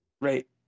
right